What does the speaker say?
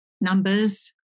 numbers